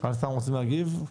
"אל ספאם" רוצים להגיב?